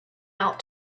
out